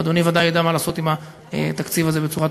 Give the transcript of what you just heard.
ואדוני בוודאי ידע מה לעשות עם התקציב הזה בצורה טובה.